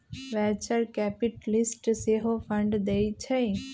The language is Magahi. वेंचर कैपिटलिस्ट सेहो फंड देइ छइ